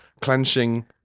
clenching